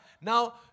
Now